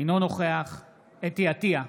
אינו נוכח חוה אתי עטייה,